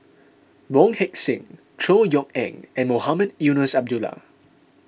Wong Heck Sing Chor Yeok Eng and Mohamed Eunos Abdullah